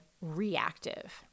reactive